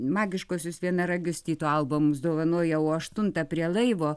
magiškuosius vienaragius tyto alba mums dovanoja o aštuntą prie laivo